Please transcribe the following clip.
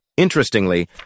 Interestingly